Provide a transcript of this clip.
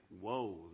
whoa